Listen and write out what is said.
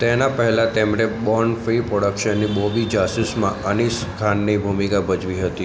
તેના પહેલાં તેમણે બોર્ન ફ્રી પ્રોડક્શનની બૉબી જાસૂસમાં અનીસ ખાનની ભૂમિકા ભજવી હતી